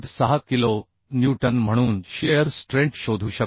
6 kilo newton म्हणून shear strength शोधू शकतो